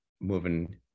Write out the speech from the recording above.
moving